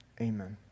Amen